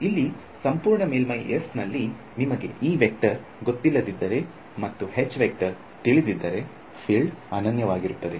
ಇಲ್ಲಿ ಸಂಪೂರ್ಣ ಮೇಲ್ಮೈ S ನಲ್ಲಿ ನಿಮಗೆ ಗೊತ್ತಿಲ್ಲದಿದ್ದಲ್ಲಿ ಮತ್ತು ತಿಳಿದಿದ್ದರೆ ಫೀಲ್ಡ್ ಅನನ್ಯವಾಗಿರುತ್ತದೆ